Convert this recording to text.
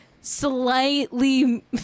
slightly